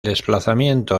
desplazamiento